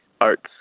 arts